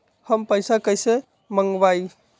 हम पैसा कईसे मंगवाई?